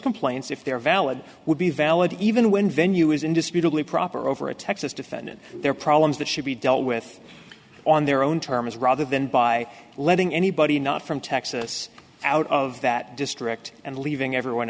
complaints if they are valid would be valid even when venue is indisputable improper over a texas defendant there are problems that should be dealt with on their own terms rather than by letting anybody not from texas out of that district and leaving everyone